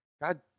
God